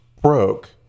Broke